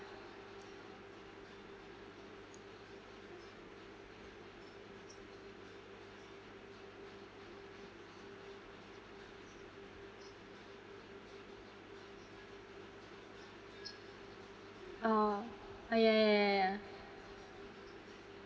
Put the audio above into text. oh oh ya ya ya ya ya